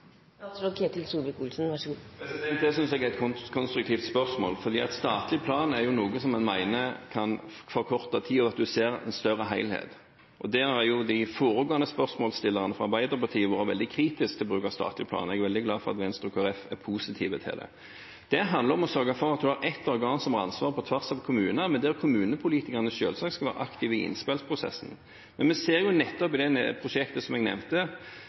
Det synes jeg er et konstruktivt spørsmål, fordi statlig plan er noe som en mener kan forkorte tiden, det at en ser en større helhet. De foregående spørsmålsstillerne fra Arbeiderpartiet har vært veldig kritiske til bruk av statlig plan, og jeg er veldig glad for at Venstre og Kristelig Folkeparti er positive til det. Det handler om å sørge for at man har ett organ som har ansvar på tvers av kommuner, men der kommunepolitikerne selvsagt skal være aktive i innspillprosessen. Men vi ser jo, i det prosjektet som jeg nevnte